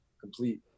complete